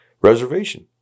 reservation